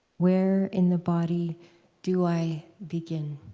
where in the body do i begin?